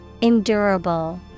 Endurable